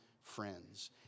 friends